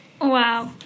Wow